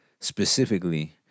specifically